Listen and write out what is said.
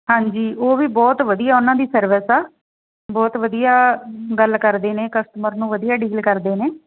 ਹਾਂਜੀ ਉਹ ਵੀ ਬਹੁਤ ਵਧੀਆ ਉਹਨਾਂ ਦੀ ਸਰਵਿਸ ਆ ਬਹੁਤ ਵਧੀਆ ਗੱਲ ਕਰਦੇ ਨੇ ਕਸਟਮਰ ਨੂੰ ਵਧੀਆ ਡੀਲ ਕਰਦੇ ਨੇ